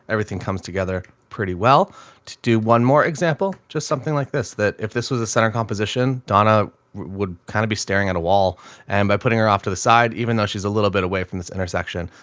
everything comes together pretty well to do one more example, just something like this that if this was a center composition, donna would kind of be staring at a wall and by putting her off to the side, even though she's a little bit away from this intersection,